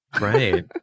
Right